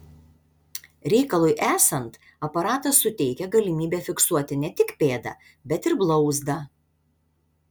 reikalui esant aparatas suteikia galimybę fiksuoti ne tik pėdą bet ir blauzdą